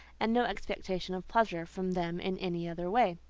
and no expectation of pleasure from them in any other way.